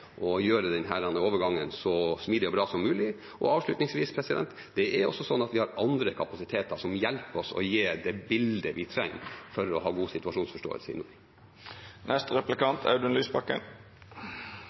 å gjøre denne overgangen så smidig og bra som mulig. Avslutningsvis: Vi har andre kapasiteter som hjelper oss med å gi det bildet vi trenger for å ha en god situasjonsforståelse i